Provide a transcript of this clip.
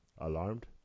Alarmed